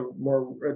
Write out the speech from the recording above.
more